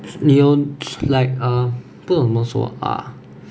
你有 like uh 不懂怎么说啊